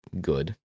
good